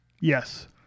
Yes